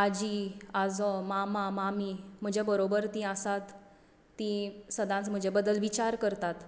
आजी आजो मामा मामी म्हजे बरोबर तीं आसात तीं सदांच म्हजे बद्दल विचार करतात